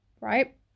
right